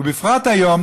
ובפרט היום,